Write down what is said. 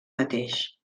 mateix